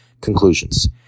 Conclusions